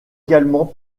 également